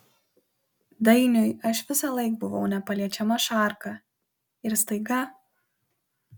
dainiui aš visąlaik buvau nepaliečiama šarka ir staiga